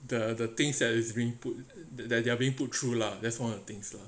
the the things that is being put that they are being put through lah that's one of the things lah